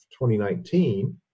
2019